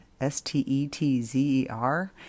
S-T-E-T-Z-E-R